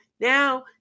now